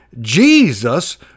Jesus